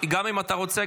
אם גם אתה רוצה,